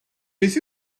beth